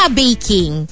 baking